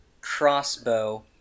crossbow